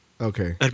Okay